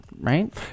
right